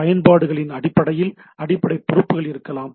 பயன்பாடுகளின் அடிப்படையில் அடிப்படை பொறுப்புகள் இருக்கலாம்